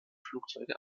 flugzeuge